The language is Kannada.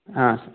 ಹಾಂ ಸರ್